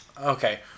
Okay